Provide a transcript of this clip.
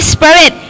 Spirit